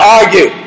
argue